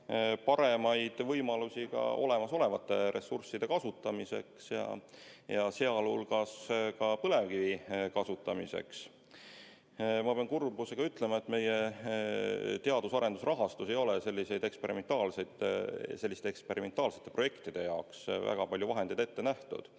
paremaid võimalusi ka olemasolevate ressursside kasutamiseks, sealhulgas põlevkivi kasutamiseks. Ma pean kurbusega ütlema, et meie teadus‑ ja arendustöö rahastamisel ei ole selliste eksperimentaalsete projektide jaoks väga palju vahendeid ette nähtud.